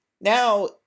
Now